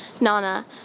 Nana